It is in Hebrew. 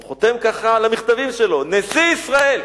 הוא חותם ככה על המכתבים שלו: "נשיא ישראל".